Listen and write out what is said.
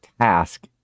task